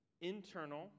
internal